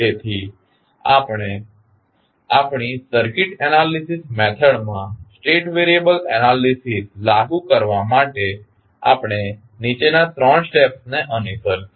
તેથી આપણી circuit analysis મેથડમાં સ્ટેટ વેરિયેબલ એનાલીસીસ લાગુ કરવા માટે આપણે નીચેના ત્રણ સ્ટેપ્સ ને અનુસરશું